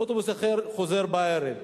אוטובוס אחר חוזר בערב,